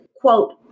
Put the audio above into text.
quote